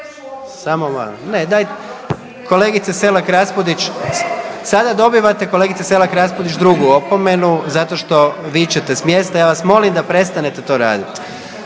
malo, ne, daj, kolegice Selak Raspudić sada dobivate, kolegice Selak Raspudić drugu opomenu zato što vičete s mjesta, ja vas molim da prestanete to radit.